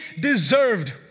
deserved